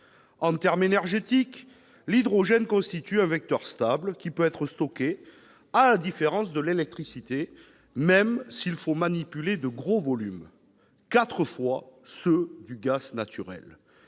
En termes énergétiques, l'hydrogène constitue un vecteur stable, qui peut être stocké, à la différence de l'électricité, même s'il faut manipuler de gros volumes- quatre fois ceux du gaz naturel.